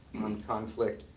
on conflict,